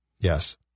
Yes